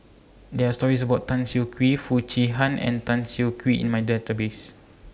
There Are stories about Tan Siah Kwee Foo Chee Han and Tan Siah Kwee in My Database